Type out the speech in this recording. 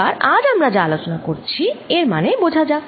এবার আজ আমরা যা আলোচনা করেছি এর মানে বোঝা যাক